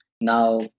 Now